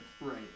right